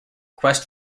quest